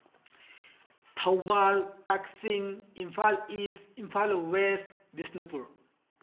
Thoubal Kakching Imphal east Imphal west Bishnupur